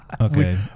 Okay